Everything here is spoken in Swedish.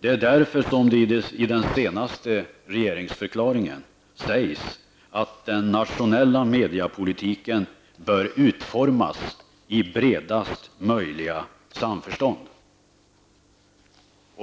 Det är därför som det i den senaste regeringsförklaringen sägs att den nationella mediepolitiken bör utformas i bredast möjliga samförstånd.